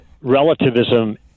relativism